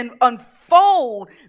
unfold